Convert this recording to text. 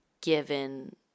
given